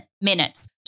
minutes